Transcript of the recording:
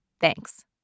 Thanks